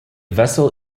vessel